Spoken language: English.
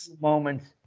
moments